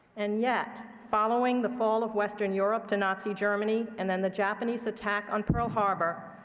and yet, following the fall of western europe to nazi germany, and then the japanese attack on pearl harbor,